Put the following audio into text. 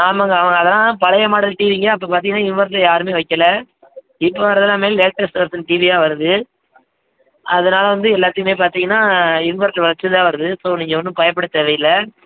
ஆமாங்க ஆமாங்க அதெலாம் பழைய மாடல் டிவிங்க அப்போ பார்த்தீங்கன்னா இன்வெர்ட்ரு யாருமே வைக்கல இப்போ வரதெலாமே லேட்டஸ்ட்டு வெர்ஷன் டிவி தான் வருது அதனால் வந்து எல்லாத்தையுமே பார்த்தீங்கன்னா இன்வெர்ட்டர் வச்சு தான் வருது ஸோ நீங்கள் ஒன்றும் பயப்படத் தேவையில்ல